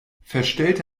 verstellte